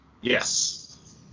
Yes